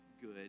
good